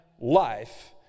life